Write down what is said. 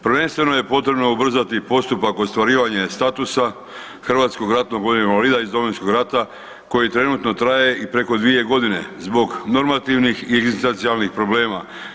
Prvenstveno je potrebno ubrzati postupak ostvarivanja statusa hrvatskog ratnog vojnog invalida iz Domovinskog rata koji trenutno traje i preko 2 g. zbog normativnih i egzistencijalnih problema.